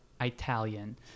italian